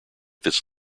this